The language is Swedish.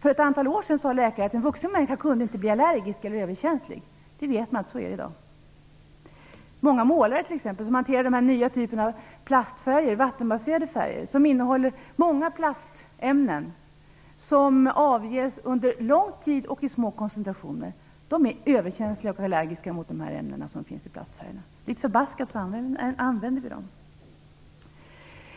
För ett antal år sedan sade läkarna att en vuxen människa inte kan bli allergisk eller överkänslig. I dag vet man att det inte är så. Många målare får t.ex. problem. Den nya typen av plastfärger - vattenbaserade färger - innehåller många plastämnen som avges under lång tid och i små koncentrationer. Många målare är överkänsliga och allergiska mot de här ämnena som finns i plastfärgerna. Lik förbaskat använder vi dem.